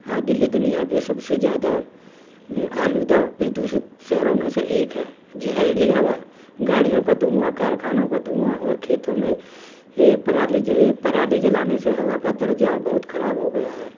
آج دلی دنیا کے سب سے زیادہ آلودہ پردوشت شہروں میں سے ایک ہے زہریلی ہوا گاڑیوں کا دھواں کارخانوں کا دھواں اور کھیتوں میں پرالی پرالی جلانے سے ہوا کا درجہ بہت خراب ہو گیا ہے